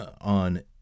on